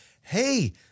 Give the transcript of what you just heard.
hey –